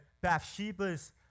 Bathsheba's